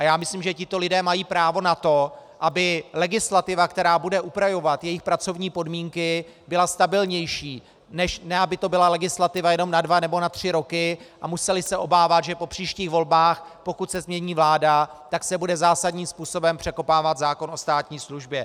Myslím, že tito lidé mají právo na to, aby legislativa, která bude upravovat jejich pracovní podmínky, byla stabilnější, než aby to byla legislativa jenom na dva, na tři roky, a oni se museli obávat, že po příštích volbách, pokud se změní vláda, tak se bude zásadním způsobem překopávat zákon o státní službě.